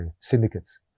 syndicates